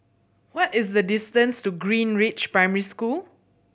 what is the distance to Greenridge Primary School